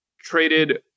traded